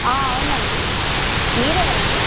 అవునండి మీరు ఎవరండి